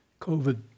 COVID